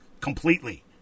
completely